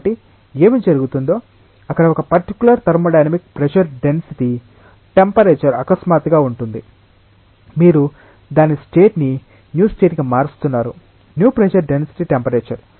కాబట్టి ఏమి జరుగుతుందో అక్కడ ఒక particular thermodynamic pressure density temperature అకస్మాత్తుగా ఉంటుంది మీరు దాని స్టేట్ ని న్యూ స్టేట్ కి మారుస్తున్నారు న్యూ ప్రెజర్ డెన్సిటీ టెంపరేచర్